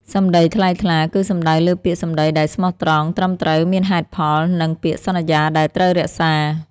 សម្ដីថ្លៃថ្លា គឺសំដៅលើពាក្យសម្ដីដែលស្មោះត្រង់ ត្រឹមត្រូវ មានហេតុផល និងពាក្យសន្យាដែលត្រូវរក្សា។